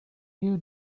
you